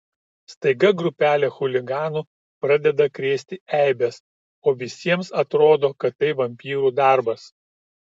staiga grupelė chuliganų pradeda krėsti eibes o visiems atrodo kad tai vampyrų darbas